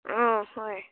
অঁ হয়